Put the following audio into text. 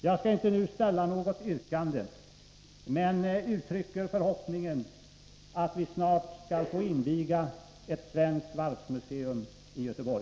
Jag skall inte nu ställa något yrkande men uttrycker förhoppningen att vi snart skall få inviga ett svenskt varvsmuseum i Göteborg.